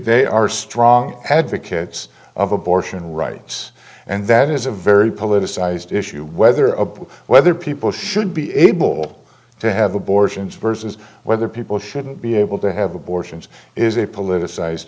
they are strong advocates of abortion rights and that is a very politicized issue whether up whether people should be able to have abortions versus whether people shouldn't be able to have abortions is a politicized